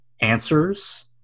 answers